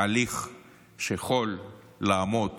הליך שיכול לעמוד